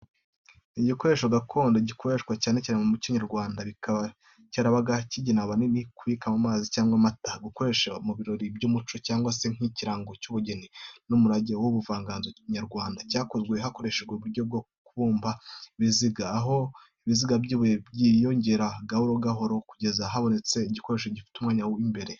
Ni igikoresho gakondo gikoreshwa cyane mu muco nyarwanda, kikaba cyarabaga kigenewe ahanini, kubikamo amazi cyangwa amata, gukoresha mu birori by’umuco cyangwa se nk’ikirango cy’ubugeni n’umurage w’ubuvanganzo nyarwanda. Cyakozwe hakoreshejwe uburyo bwo kubumba ibiziga, aho ibizinga by’ibuye byiyongeraho gahoro gahoro kugeza habonetse igikoresho gifite umwanya w’imbere.